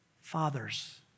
Fathers